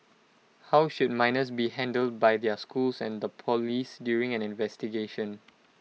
how should minors be handled by their schools and the Police during an investigation